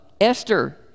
Esther